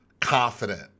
confident